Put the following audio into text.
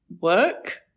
work